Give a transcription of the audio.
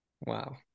Wow